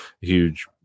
huge